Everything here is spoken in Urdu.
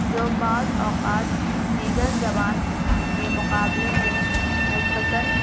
جو بعض اوقات دیگر زبان کے مقابلے میں نثبتاً